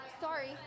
Sorry